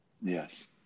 Yes